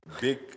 big